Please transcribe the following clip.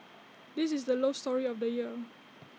this is the love story of the year